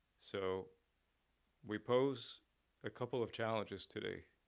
so we pose a couple of challenges today